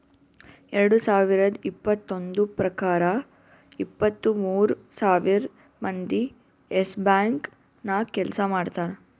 ಎರಡು ಸಾವಿರದ್ ಇಪ್ಪತ್ತೊಂದು ಪ್ರಕಾರ ಇಪ್ಪತ್ತು ಮೂರ್ ಸಾವಿರ್ ಮಂದಿ ಯೆಸ್ ಬ್ಯಾಂಕ್ ನಾಗ್ ಕೆಲ್ಸಾ ಮಾಡ್ತಾರ್